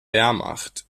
wehrmacht